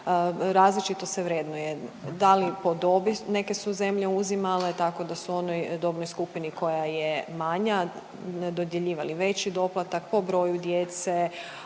različito se vrednuje, da li, po dobi neke su zemlje uzimale, tako da su oni dobnoj skupini koja je manja dodjeljivali veći doplatak, po broju djece,